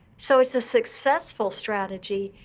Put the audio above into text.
so it's a successful strategy,